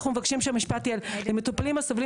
אנחנו מבקשים שהמשפט יהיה: "למטופלים הסובלים